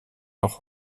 noch